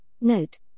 Note